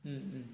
mm